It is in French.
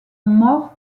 mort